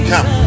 Come